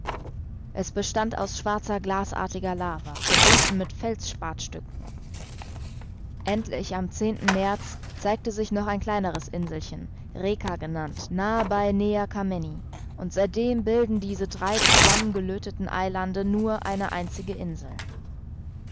es bestand aus schwarzer glasartiger lava verbunden mit feldspathstücken endlich am märz zeigte sich noch ein kleineres inselchen reka genannt nahe bei nea kamenni und seitdem bilden diese drei zusammengelötheten eilande nur eine einzige insel